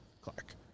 Clark